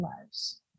lives